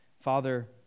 Father